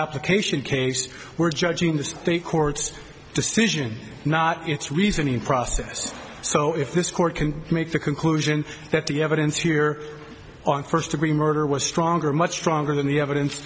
application case we're judging the court's decision not its reasoning process so if this court can make the conclusion that the evidence here on first degree murder was stronger much stronger than the evidence